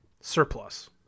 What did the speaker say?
surplus